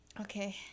Okay